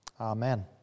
Amen